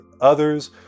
others